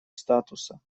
статуса